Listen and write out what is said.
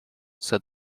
said